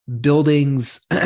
buildings